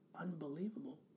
unbelievable